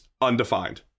undefined